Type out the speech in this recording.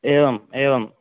एवम् एवं